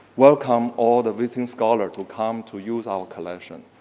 welcome all the visiting scholar to come to use our collection,